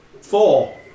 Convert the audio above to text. Four